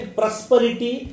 prosperity